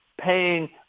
paying